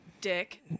Dick